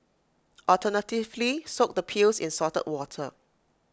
alternatively soak the peels in salted water